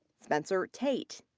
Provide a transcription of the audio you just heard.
spencer tate.